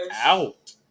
out